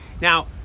Now